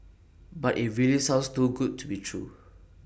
but IT really sounds too good to be true